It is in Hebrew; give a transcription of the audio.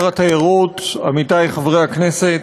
התיירות, עמיתי חברי הכנסת,